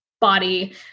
body